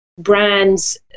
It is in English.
brands